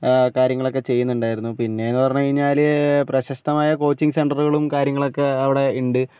കാര്യങ്ങളൊക്കെ ചെയ്യുന്നുണ്ടായിരുന്നു പിന്നേന്ന് പറഞ്ഞ് കഴിഞ്ഞാൽ പ്രശസ്തമായ കോച്ചിംഗ് സെന്ററുകളും കാര്യങ്ങളും ഒക്കെ അവിടെ ഉണ്ട്